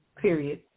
Period